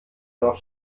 noch